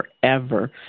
forever